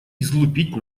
излупить